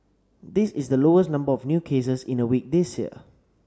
this is the lowest number of new cases in a week this year